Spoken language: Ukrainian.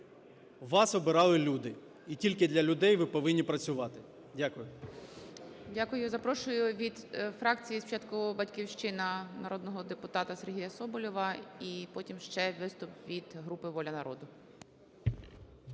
вас обирали люди, і тільки для людей ви повинні працювати. Дякую.